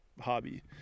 hobby